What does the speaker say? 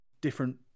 different